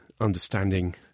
understanding